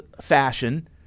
fashion